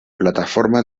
plataforma